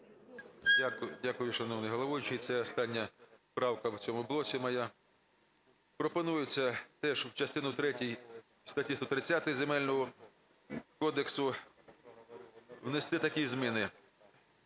Дякую, шановний головуючий. Це остання правка в цьому блоці моя. Пропонується теж у частині третій статті 130 Земельного кодексу внести такі зміни: